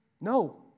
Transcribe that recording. no